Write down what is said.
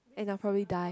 and I probably die